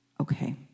okay